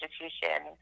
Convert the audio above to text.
institution